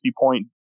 point